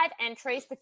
entries